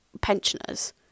pensioners